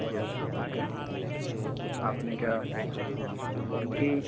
yes okay आप ने क्या रूम की